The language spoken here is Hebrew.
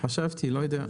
חשבתי, לא יודע.